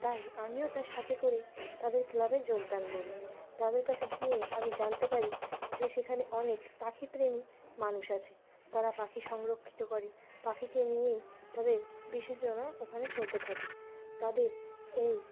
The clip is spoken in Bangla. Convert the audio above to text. তাই আমিও তার সাথে করে তাদের ক্লাবে যোগদান করি তাদের কাছে গিয়ে আমি জানতে পারি যে সেখানে অনেক পাখিপ্রেমী মানুষ আছে তারা পাখি সংরক্ষিত করে পাখিকে নিয়েই তাদের বিশেষ ওখানে চলতে থাকে তাদের এই